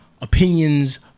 opinions